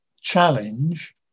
challenge